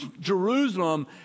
Jerusalem